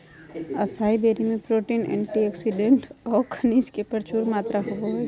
असाई berry में protein, antioxidant औऊ खनिज के प्रचुर मात्रा होबो हइ